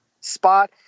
spot